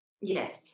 yes